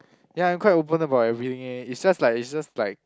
ya I'm quite open about everything eh it's just like it's just like